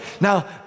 Now